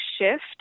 shift